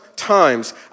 times